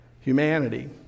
humanity